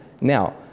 now